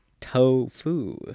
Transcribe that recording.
Tofu